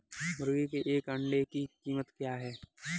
मुर्गी के एक अंडे की कीमत क्या है?